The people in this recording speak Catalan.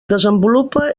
desenvolupa